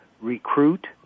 recruit